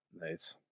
nice